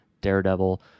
Daredevil